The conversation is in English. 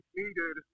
needed